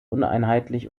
uneinheitlich